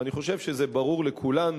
ואני חושב שזה ברור לכולנו,